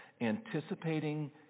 anticipating